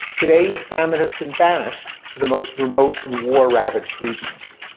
today, famine has been banished to the most remote and war-ravaged regions.